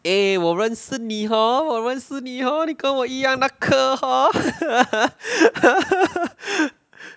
eh 我认识你 hor 我认识你 hor 你跟我一样科 hor